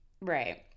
Right